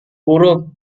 burung